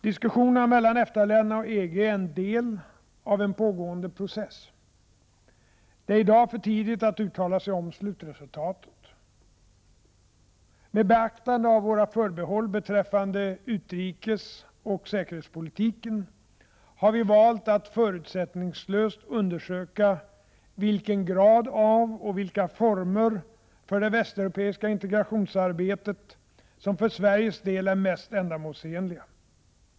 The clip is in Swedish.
Diskussionerna mellan EFTA-länderna och EG är en del av en pågående process. Det är i dag för tidigt att uttala sig om slutresultatet. Med beaktande av våra förbehåll beträffande utrikesoch säkerhetspolitiken har vi valt att förutsättningslöst undersöka vilken grad av och vilka former för det västeuropeiska integrationsarbetet som för Sveriges del är mest ändamålsenliga.